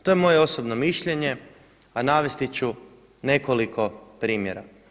To je moje osobno mišljenje a navesti ću nekoliko primjera.